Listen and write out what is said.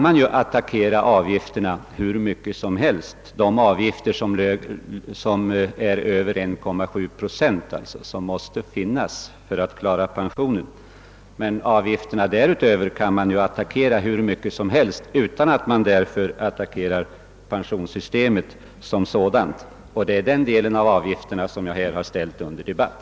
Men avgifter som ligger över de 1,7 procent som måste till för att klara pensionsåtagandena kan man ju attackera hur mycket som helst utan att man därför attackerar pensionssystemet som sådant, och det är också denna del av avgifterna som jag här har ställt under debatt.